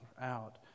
out